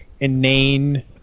Inane